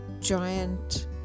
giant